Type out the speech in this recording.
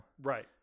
Right